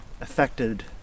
affected